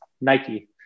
Nike